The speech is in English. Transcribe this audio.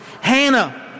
Hannah